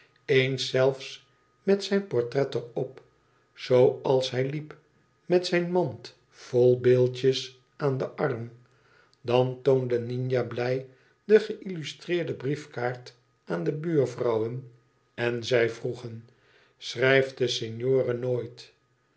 eens zelfs met zijn portret er op zoo als hij liep met zijn mand vol beeldjes aan den arm dan toonde nina blij de geillustreerde briefkaart aan de buurvrouwen en zij vroegen schrijft de signore nooit